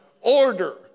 order